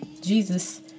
Jesus